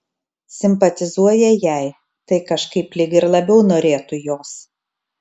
simpatizuoja jai tai kažkaip lyg ir labiau norėtų jos